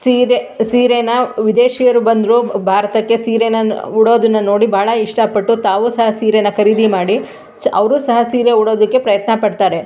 ಸೀರೆ ಸೀರೆನ ವಿದೇಶಿಯರು ಬಂದರೂ ಭಾರತಕ್ಕೆ ಸೀರೆನ ಉಡೋದನ್ನು ನೋಡಿ ಬಹಳ ಇಷ್ಟಪಟ್ಟು ತಾವು ಸಹ ಸೀರೆನ ಖರೀದಿ ಮಾಡಿ ಸ್ ಅವರೂ ಸಹ ಸೀರೆ ಉಡೋದಕ್ಕೆ ಪ್ರಯತ್ನ ಪಡ್ತಾರೆ